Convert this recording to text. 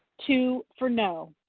two for no.